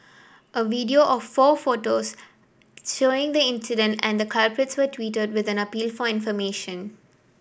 a video of four photos showing the incident and the culprits were tweeted with an appeal for information